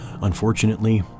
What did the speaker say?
Unfortunately